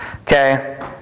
Okay